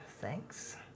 Thanks